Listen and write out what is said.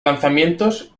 lanzamientos